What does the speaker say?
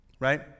Right